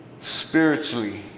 spiritually